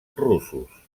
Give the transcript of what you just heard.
russos